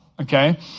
okay